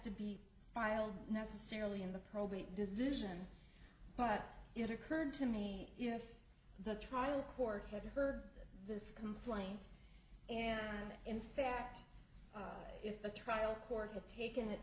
to be filed necessarily in the probate did this isn't but it occurred to me if the trial court had heard this complaint and in fact if the trial court had taken it